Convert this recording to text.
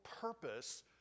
purpose